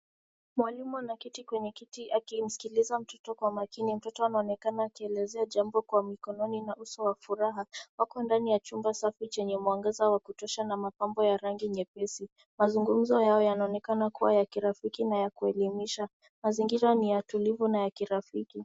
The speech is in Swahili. Mwalimu anaketi kwenye kiti akimsikiliza mtoto kwa makini. Mtoto anaonekana akielezea jambo kwa mkononi na uso wa furaha. Wako ndani ya chumba safi chenye mwangaza wa kutosha na mapambo ya rangi nyepesi. Mazungumzo yao yanaonekana kuwa ya kirafiki na kuelimisha. Mazingira ni ya tulivu na ya kirafiki.